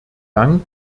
dank